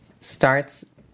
starts